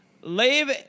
leave